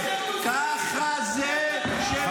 ככה זה כשאומרים לכם את האמת.